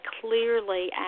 clearly